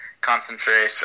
concentrate